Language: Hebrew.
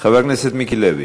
חבר הכנסת מיקי לוי,